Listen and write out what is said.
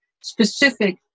specific